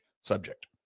subject